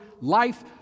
life